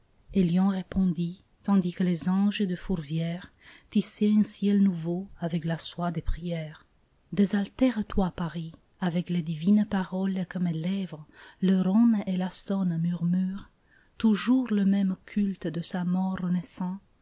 lyon répondit tandis que les anges de fourvières tissaient un ciel nouveau avec la soie des prières désaltère toi paris avec les divines paroles que mes lèvres le rhône et la saône murmurent toujours le même culte de sa mort renaissant